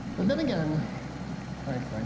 but then again thanks thanks